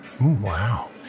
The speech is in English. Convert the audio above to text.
Wow